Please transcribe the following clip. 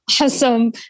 Awesome